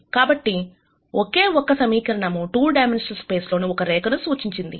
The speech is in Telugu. కాబట్టి ఒకే ఒక సమీకరణము 2 డైమెన్షనల్ స్పేస్ లోని ఒక రేఖను సూచించింది